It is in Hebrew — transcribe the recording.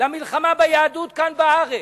למלחמה ביהדות כאן בארץ,